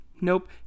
Nope